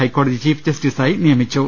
ഹൈക്കോടതി ചീഫ് ജസ്റ്റിസായി നിയമിച്ചു